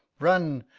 run,